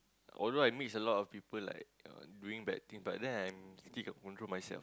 although I mix a lot of people like uh doing bad thing but then I'm still can control myself